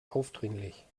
aufdringlich